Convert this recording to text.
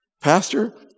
Pastor